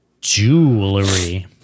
Jewelry